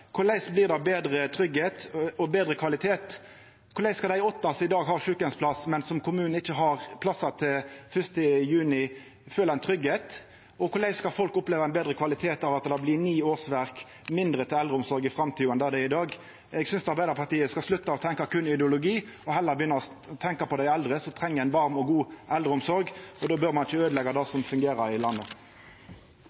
Korleis blir det større tryggleik og betre kvalitet? Korleis skal dei åtte som i dag har sjukeheimsplass, men som kommunen ikkje har plass til 1. juni, føla tryggleik? Og korleis skal folk oppleva ein betre kvalitet av at det blir ni årsverk mindre til eldreomsorg i framtida enn det det er i dag? Eg synest Arbeidarpartiet skal slutta berre å tenkja ideologi og heller begynna å tenkja på dei eldre, som treng ei varm og god eldreomsorg. Då bør ein ikkje øydeleggja det